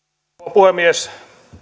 puhemies